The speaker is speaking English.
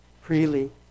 freely